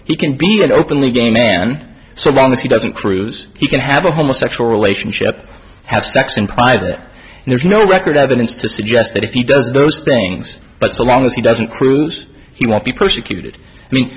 he can be an openly gay man so long as he doesn't cruise he can have a homo sexual relationship have sex in private and there's no record evidence to suggest that if he does those things but so long as he doesn't cruise he won't be persecuted